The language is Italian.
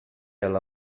alla